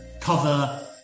cover